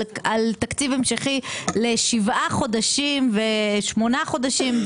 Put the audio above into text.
על תקציב המשכי לשבעה חודשים ושמונה חודשים.